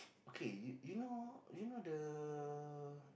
okay you you know you know the